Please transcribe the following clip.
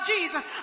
Jesus